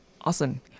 Awesome